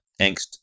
angst